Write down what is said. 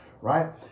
right